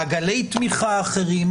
מעגלי תמיכה אחרים.